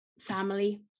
family